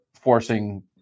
forcing